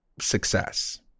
success